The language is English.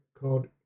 called